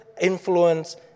influence